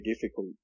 difficult